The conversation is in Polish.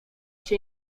się